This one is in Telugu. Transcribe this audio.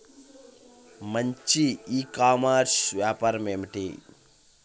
మంచి ఈ కామర్స్ వ్యాపారం ఏమిటీ?